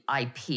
IP